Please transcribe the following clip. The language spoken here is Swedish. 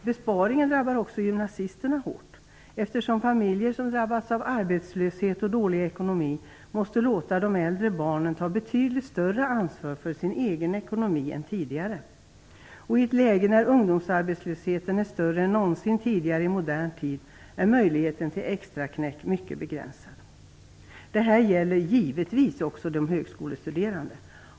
Besparingen drabbar också gymnasisterna hårt, då familjer som drabbats av arbetslöshet och dålig ekonomi måste låta de äldre barnen ta betydligt större ansvar för sin egen ekonomi än tidigare. I ett läge när ungdomsarbetslösheten är större än någonsin tidigare i modern tid är möjligheten till extraknäck mycket begränsad. Det här gäller givetvis också de högskolestuderande.